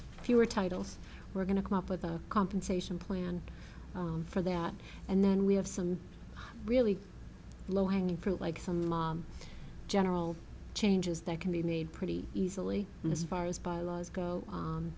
fewer titles we're going to come up with a compensation plan for that and then we have some really low hanging fruit like some general changes that can be made pretty easily and as far as bylaws go